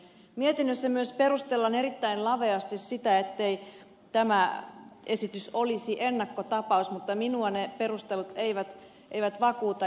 mietinnössä myös perustellaan erittäin laveasti sitä ettei tämä esitys olisi ennakkotapaus mutta minua ne perustelut eivät vakuuta